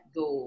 go